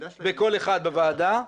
בקול אחד בוועדה,